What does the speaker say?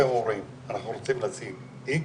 אתם אומרים אנחנו רוצים להשיג איקס,